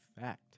fact